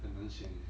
很难选 eh